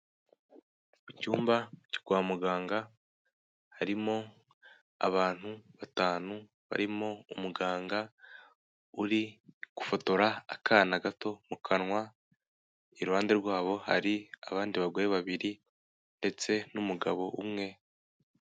Mu cyumba kwa muganga, harimo abantu batanu barimo umuganga uri gufotora akana gato mu kanwa, iruhande rwabo hari abandi bagore babiri ndetse n'umugabo umwe.